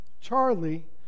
Charlie